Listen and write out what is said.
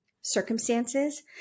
circumstances